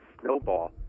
snowball